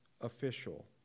official